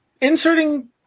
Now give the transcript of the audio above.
inserting